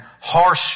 harsh